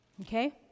okay